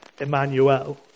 Emmanuel